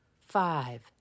five